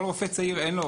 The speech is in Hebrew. כל רופא צעיר אין לו,